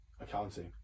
accounting